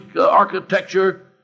architecture